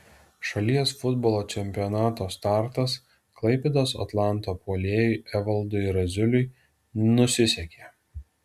šalies futbolo čempionato startas klaipėdos atlanto puolėjui evaldui razuliui nusisekė